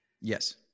Yes